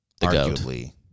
arguably